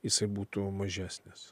jisai būtų mažesnis